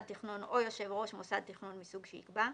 תכנון או יושב ראש מוסד תכנון מסוג שיקבע,